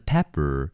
Pepper